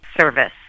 service